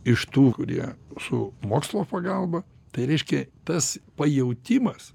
iš tų kurie su mokslo pagalba tai reiškia tas pajautimas